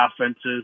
offenses